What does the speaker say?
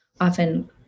often